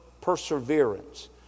perseverance